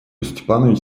степанович